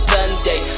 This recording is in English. Sunday